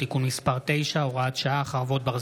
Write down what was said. מאת חבר הכנסת מאיר